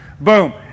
Boom